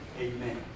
Amen